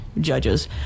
judges